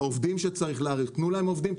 העובדים שצריך להאריך תנו להם עובדים.